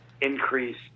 increase